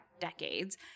decades